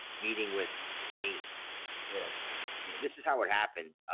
meeting with me yeah this is how it happened.